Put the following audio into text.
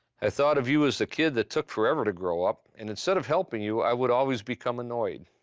i thought of you as the kid that took forever to grow up, and instead of helping you, i would always become annoyed.